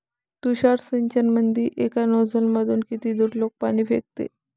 तुषार सिंचनमंदी एका नोजल मधून किती दुरलोक पाणी फेकते?